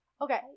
Okay